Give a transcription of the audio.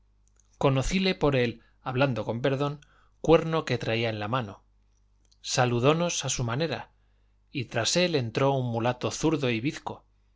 un porquero conocíle por el hablando con perdón cuerno que traía en la mano saludónos a su manera y tras él entró un mulato zurdo y bizco